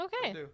okay